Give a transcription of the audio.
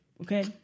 okay